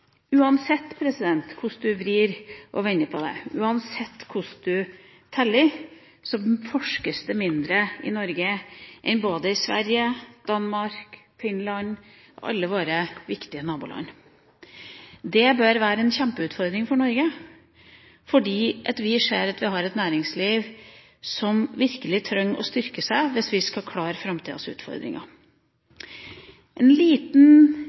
Uansett hvordan man vrir og vender på det, uansett hvordan man teller, forskes det mindre i Norge enn i både Sverige, Danmark og Finland – alle våre viktige naboland. Det bør være en kjempeutfordring for Norge fordi vi ser at vi har et næringsliv som virkelig trenger å styrke seg hvis vi skal klare framtidas utfordringer. En liten